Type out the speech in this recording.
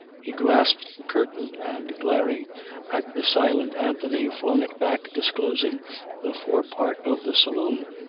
he grasped the curtain and glaring at the silent anthony flung it back disclosing the forepart of the saloon.